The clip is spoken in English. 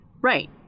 Right